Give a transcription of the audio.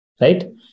right